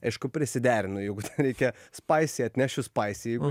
aišku prisiderinu jeigu reikia spaisį atnešiu spaisį